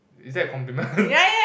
is that a compliment